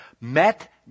met